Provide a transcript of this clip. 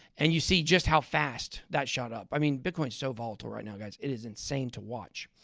and you see just how fast that shot up. i mean, bitcoin's so volatile right now, guys. it is insane to watch.